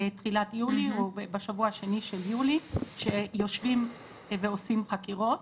ביולי, שיושבים ועושים חקירות.